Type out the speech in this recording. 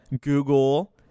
Google